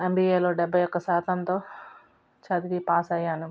ఎంబీఏలో డెబ్బై ఒక్క శాతంతో చదివి పాసయ్యాను